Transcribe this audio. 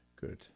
Good